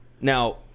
Now